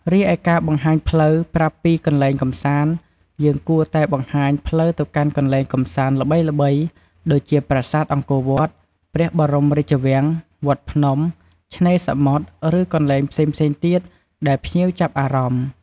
រីឯការបង្ហាញផ្លូវ ប្រាប់ពីកន្លែងកម្សាន្តយើងគួរតែបង្ហាញផ្លូវទៅកាន់កន្លែងកម្សាន្តល្បីៗ ដូចជាប្រាសាទអង្គរវត្ត ព្រះបរមរាជវាំង វត្តភ្នំ ឆ្នេរសមុទ្រ ឬកន្លែងផ្សេងៗទៀតដែលភ្ញៀវចាប់អារម្មណ៍។